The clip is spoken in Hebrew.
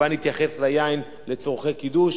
ובה נתייחס ליין לצורכי קידוש